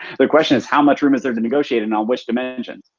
the question is how much room is there to negotiate and on which dimensions.